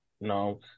no